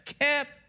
kept